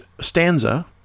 stanza